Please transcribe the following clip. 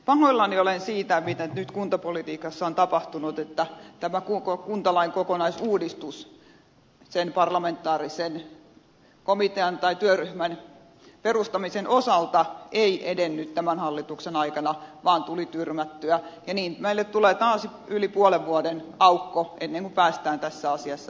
pahoillani olen siitä mitä nyt kuntapolitiikassa on tapahtunut että tämä kuntalain kokonaisuudistus sen parlamentaarisen komitean tai työryhmän perustamisen osalta ei edennyt tämän hallituksen aikana vaan tuli tyrmättyä ja niin meille tulee taas yli puolen vuoden aukko ennen kuin päästään tässä asiassa eteenpäin